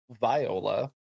viola